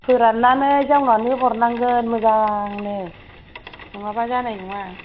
फोराननानै जावनानै हरनांगोन मोजांनो नङाब्ला जानाय नङा